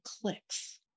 clicks